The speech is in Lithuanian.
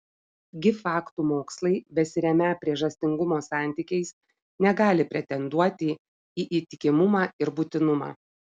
gi faktų mokslai besiremią priežastingumo santykiais negali pretenduoti į įtikimumą ir būtinumą